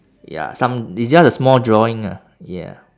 ya some it's just a small drawing ah ya